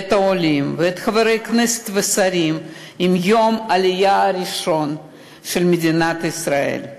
את העולים ואת חברי הכנסת והשרים ביום העלייה הראשון של מדינת ישראל.